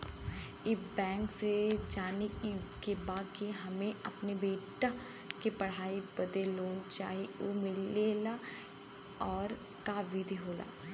ई बैंक से जाने के बा की हमे अपने बेटा के पढ़ाई बदे लोन चाही ऊ कैसे मिलेला और का विधि होला?